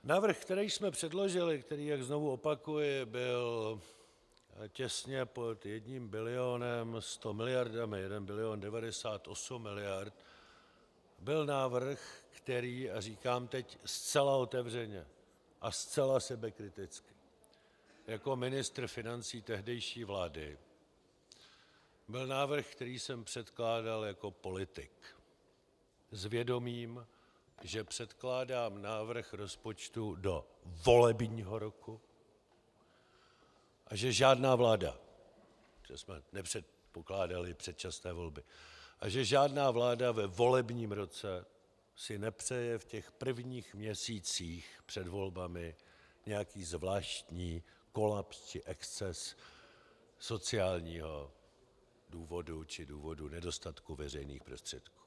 Návrh, který jsme předložili, který jak znovu opakuji byl těsně pod jedním bilionem sto miliardami, 1 bil. 98 mld., byl návrh a říkám teď zcela otevřeně a zcela sebekriticky jako ministr financí tehdejší vlády byl návrh, který jsem předkládal jako politik s vědomím, že předkládám návrh rozpočtu do volebního roku a že žádná vláda, protože jsme nepředpokládali předčasné volby, a že žádná vláda ve volebním roce si nepřeje v těch prvních měsících před volbami nějaký zvláštní kolaps či exces ze sociálního důvodu či z důvodu nedostatku veřejných prostředků.